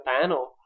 panel